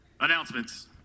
announcements